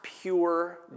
pure